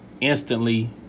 instantly –